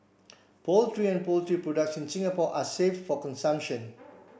poultry and poultry products in Singapore are safe for consumption